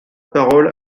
paroles